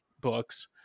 books